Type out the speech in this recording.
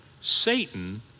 Satan